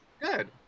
Good